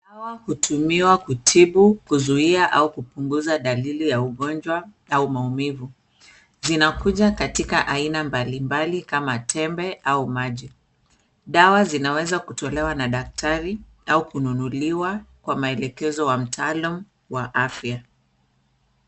Dawa hutumiwa kutibu, kuzuia au kupunguza dalili ya ugonjwa au maumivu. Zinakuja katika aina mbalimbali kama tembe au maji. Dawa zinaweza kutolewa na daktari au kununuliwa kwa maelekezo ya mtaalamu wa afya.